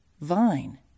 vine